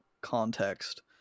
context